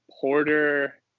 Porter